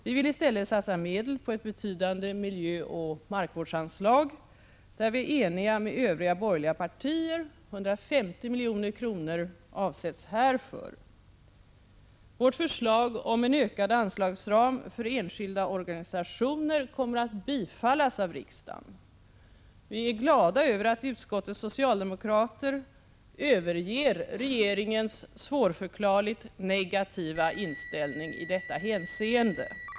Vi vill i stället satsa medel på ett betydande miljöoch markvårdsanslag, där vi är eniga med övriga borgerliga partier. 150 milj.kr. avsätts härför. Vårt förslag om en ökad anslagsram för enskilda organisationer kommer att bifallas av riksdagen. Vi är glada över att utskottets socialdemokrater överger regeringens svårförklarligt negativa inställning i detta hänseende.